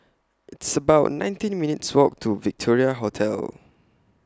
It's about nineteen minutes' Walk to Victoria Hotel